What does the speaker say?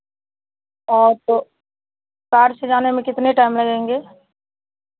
auto car से जाने में कितने टाइम लगेंगे